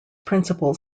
principal